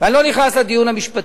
ואני לא נכנס לדיון המשפטי.